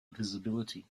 visibility